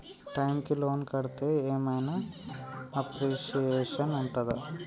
Time కి loan కడ్తే ఏం ఐనా అప్రిషియేషన్ ఉంటదా?